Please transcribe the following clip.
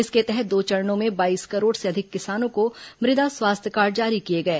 इसके तहत दो चरणों में बाईस करोड़ से अधिक किसानों को मृदा स्वास्थ्य कार्ड जारी किए गए